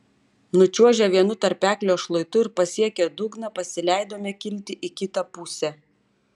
nučiuožę vienu tarpeklio šlaitu ir pasiekę dugną pasileidome kilti į kitą pusę